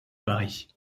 paris